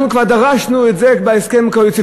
אנחנו כבר דרשנו את זה בהסכם הקואליציוני.